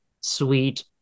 sweet